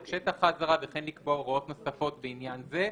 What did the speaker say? את שטח האזהרה וכן לקבוע הוראות נוספות בעניין זה.